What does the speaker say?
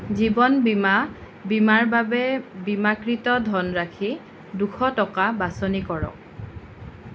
জীৱন বীমা বীমাৰ বাবে বীমাকৃত ধনৰাশি দুশ টকা বাছনি কৰক